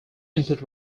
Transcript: input